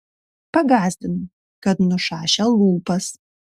pagąsdino kad nušašią lūpas